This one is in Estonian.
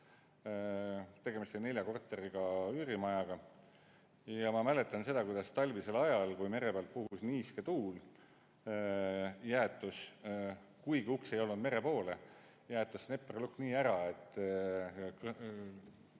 Tegemist oli nelja korteriga üürimajaga. Ma mäletan seda, kuidas talvisel ajal, kui mere pealt puhus niiske tuul, jäätus – kuigi uks ei olnud mere poole – snepperlukk nii ära, et